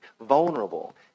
vulnerable